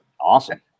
Awesome